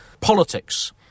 politics